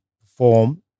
perform